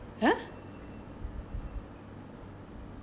!huh!